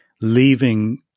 leaving